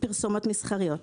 פרסומות מסחריות.